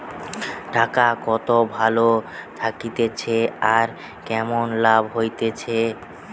টাকা কত ভালো থাকতিছে আর কেমন লাভ হতিছে